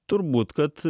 turbūt kad